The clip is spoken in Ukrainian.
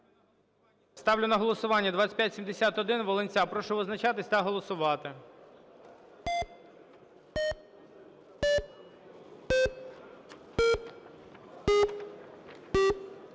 Ставлю на голосування 2636. Прошу визначатися та голосувати.